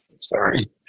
Sorry